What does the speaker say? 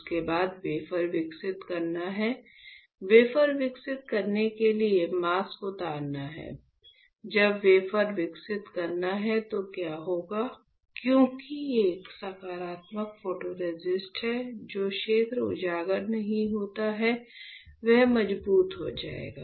उसके बाद वेफर विकसित करना है वेफर विकसित करने के लिए मास्क उतारना है जब वेफर विकसित करना है तो क्या होगा क्योंकि एक सकारात्मक फोटोरेसिस्ट है जो क्षेत्र उजागर नहीं होता है वह मजबूत हो जाएगा